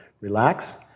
relax